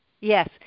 Yes